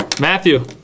Matthew